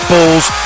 Bulls